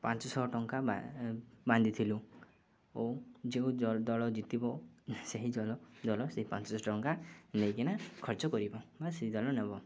ପାଞ୍ଚ ଶହ ଟଙ୍କା ବାନ୍ଧିଥିଲୁ ଓ ଯେଉଁ ଦଳ ଜିତିବ ସେହି ଦଳ ସେ ପାଞ୍ଚ ଶହ ଟଙ୍କା ନେଇକିନା ଖର୍ଚ୍ଚ କରିବ ବା ସେଇ ଦଳ ନେବ